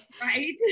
right